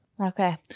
okay